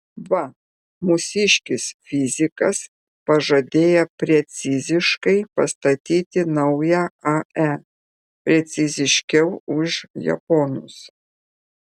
va mūsiškis fizikas pažadėjo preciziškai pastatyti naują ae preciziškiau už japonus